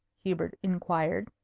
hubert inquired.